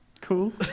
cool